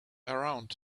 around